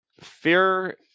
Fear